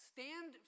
Stand